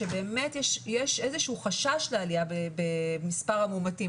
שבאמת יש איזה שהוא חשש לעלייה במספר המאומתים,